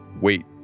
wait